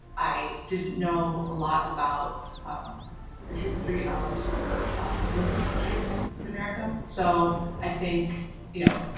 i didn't know a lot about um the history of of muslim slaves in america. so i think you know,